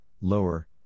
lower